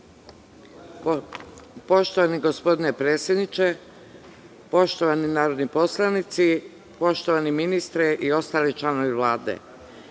Poštovani gospodine predsedniče, poštovani narodni poslanici, poštovani ministre i ostali članovi Vlade,